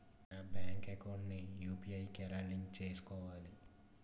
నా bank account ని UPI కి ఎలా లింక్ చేసుకోవాలి?